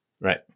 Right